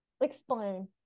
Explain